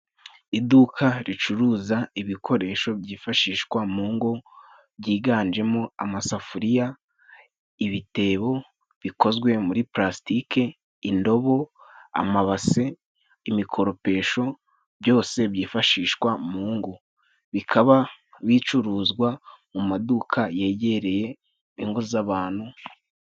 Iduka ricuruza ibikoresho byifashishwa mu ngo byiganjemo amasafuriya, ibitebo bikozwe muri Pulasitike, indobo, amabase, imikoropesho, byose byifashishwa mu ngo. Bikaba bicuruzwa mu maduka yegereye ingo z'abantu.